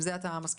עם זה אתה מסכים?